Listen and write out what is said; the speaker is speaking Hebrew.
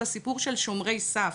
זה הסיפור של 'שומרי סף',